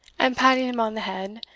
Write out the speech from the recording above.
and, patting him on the head,